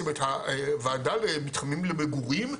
זאת אומרת הוועדה למתחמים למגורים,